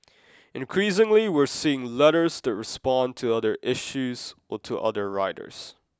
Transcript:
increasingly we are seeing letters that respond to other issues or to other writers